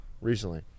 Recently